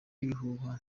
ibihuha